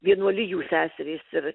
vienuolijų seserys ir